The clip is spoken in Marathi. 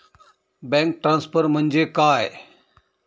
बँक ट्रान्सफर म्हणजे काय?